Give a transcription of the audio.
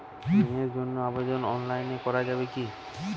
ঋণের জন্য আবেদন অনলাইনে করা যাবে কি?